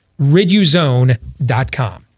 Riduzone.com